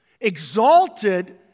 Exalted